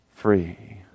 free